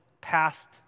past